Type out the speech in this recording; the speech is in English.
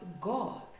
God